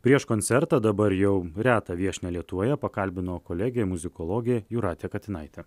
prieš koncertą dabar jau retą viešnią lietuvoje pakalbino kolegė muzikologė jūratė katinaitė